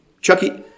Chucky